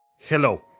Hello